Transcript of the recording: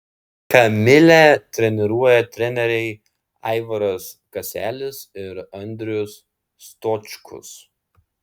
kamilę treniruoja treneriai aivaras kaselis ir andrius stočkus